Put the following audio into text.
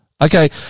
Okay